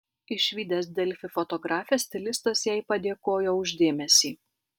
išvydęs delfi fotografę stilistas jai padėkojo už dėmesį